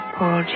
Paul